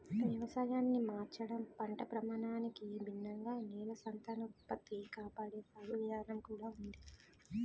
వ్యవసాయాన్ని మార్చడం, పంట భ్రమణానికి భిన్నంగా నేల సంతానోత్పత్తి కాపాడే సాగు విధానం కూడా ఉంది